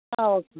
okay